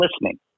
listening